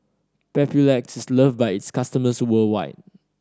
papulex is loved by its customers worldwide